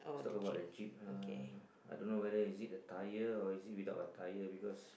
talk about the jeep lah I don't know whether is it the tire or is it without the tire because